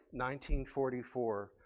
1944